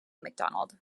macdonald